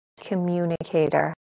communicator